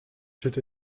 zit